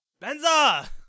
Benza